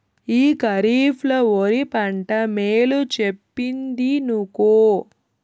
ఈ కరీఫ్ ల ఒరి పంట మేలు చెప్పిందినుకో